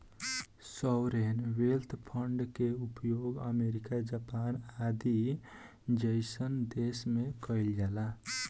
sovereign wealth fund के उपयोग America Japan आदि जईसन देश में कइल जाला